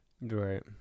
right